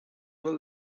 will